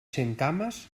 centcames